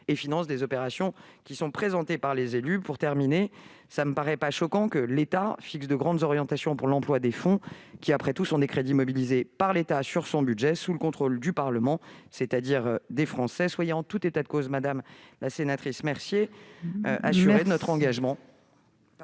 et financent des opérations présentées par les élus. Pour conclure, il ne me paraît pas choquant que l'État fixe de grandes orientations pour l'emploi de fonds qui, après tout, sont des crédits mobilisés par l'État sur son budget, sous le contrôle du Parlement, c'est-à-dire des Français. En tout état de cause, madame la sénatrice Mercier, soyez assurée de l'engagement